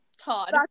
Todd